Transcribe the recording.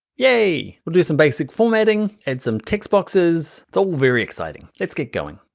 yay, we'll do some basic formatting, add some text boxes, it's all very exciting, let's get going.